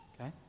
okay